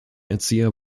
erzieher